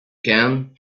can